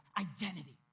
identity